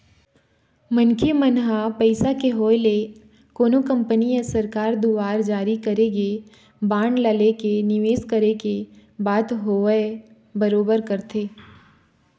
मनखे मन ह पइसा के होय ले कोनो कंपनी या सरकार दुवार जारी करे गे बांड ला लेके निवेस करे के बात होवय बरोबर करथे